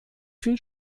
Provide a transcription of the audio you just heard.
viel